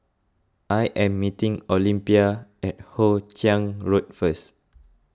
I am meeting Olympia at Hoe Chiang Road first